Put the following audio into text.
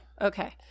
Okay